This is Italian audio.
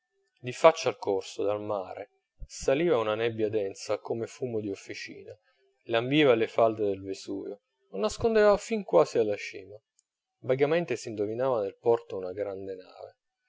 di faccia al corso dal mare saliva una nebbia densa come fumo di officina lambiva le falde del vesuvio lo nascondeva fin quasi alla cima vagamente s'indovinava nel porto una gran nave